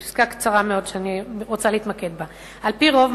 פסקה קצרה מאוד שאני רוצה להתמקד בה: "על-פי רוב,